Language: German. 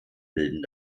bilden